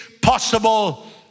possible